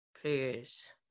please